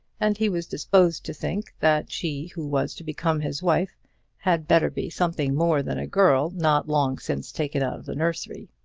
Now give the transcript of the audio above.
and he was disposed to think that she who was to become his wife had better be something more than a girl not long since taken of the nursery.